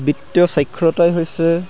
বিত্তীয় স্বাক্ষৰতাই হৈছে